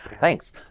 Thanks